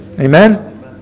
Amen